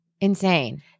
Insane